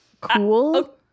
cool